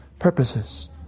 Purposes